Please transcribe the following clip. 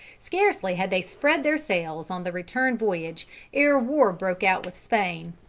scarcely had they spread their sails on the return voyage ere war broke out with spain.